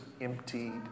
emptied